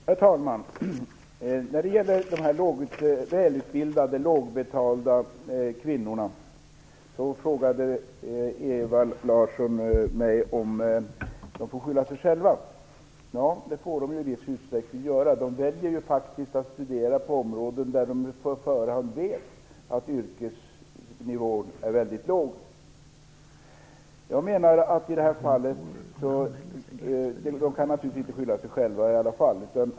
Herr talman! Ewa Larsson frågade mig om de välutbildade, lågavlönade kvinnorna får skylla sig själva. Ja, det får de i viss utsträckning göra. De väljer ju faktiskt att studera på områden där de på förhand vet att lönenivån är väldigt låg. De kan naturligtvis i alla fall inte skylla sig själva.